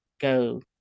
Go